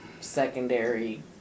secondary